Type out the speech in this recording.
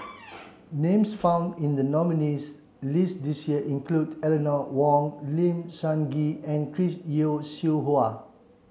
names found in the nominees' list this year include Eleanor Wong Lim Sun Gee and Chris Yeo Siew Hua